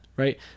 Right